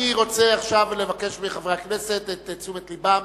אני רוצה לבקש מחברי הכנסת את תשומת לבם.